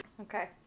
Okay